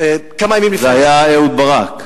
כמה ימים לפני, זה היה אהוד ברק.